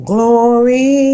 Glory